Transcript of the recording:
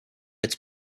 its